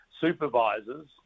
supervisors